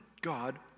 God